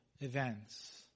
events